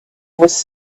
was